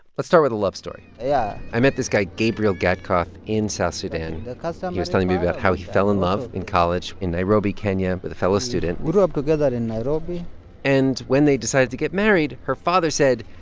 let's start with a love story yeah i met this guy gabriel gatkuoth in south sudan. um he was telling me about how he fell in love in college in nairobi, kenya, with a fellow student we grew up together in nairobi and when they decided to get married, her father said,